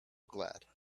glad